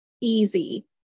easy